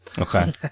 Okay